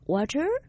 Water